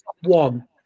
one